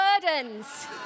burdens